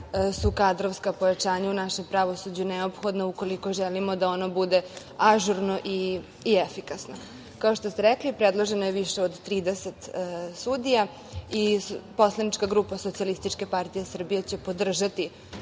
su kadrovska pojačanja u našem pravosuđu neophodna ukoliko želimo da ono bude ažurno i efikasno. Kao što ste rekli, predloženo je više od 30 sudija i poslanička grupa SPS će podržati